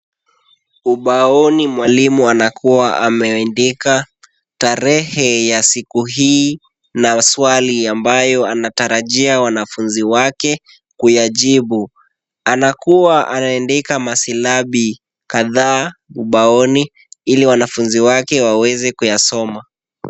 Ubaoni mwalimu anakuwa ameandika tarehe ya siku hii na swali ambayo anatarajia wanafunzi wake kuyajibu. Anakuwa ameandika masilabi kadhaa ubaoni ili wanafunzi wake waweze kuyasoma.